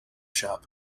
shop